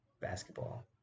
Basketball